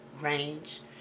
range